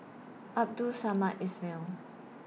Abdul Samad Ismail